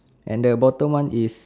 and the bottom one is